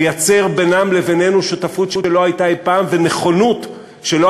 מייצר בינם לבינינו שותפות שלא הייתה אי-פעם ונכונות שלא